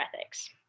ethics